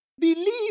Believe